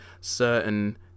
certain